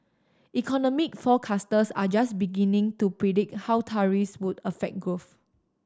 economic forecasters are just beginning to predict how tariffs would affect growth